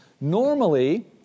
Normally